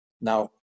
Now